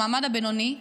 במעמד הבינוני,